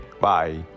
Bye